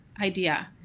idea